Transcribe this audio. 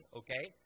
okay